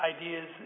ideas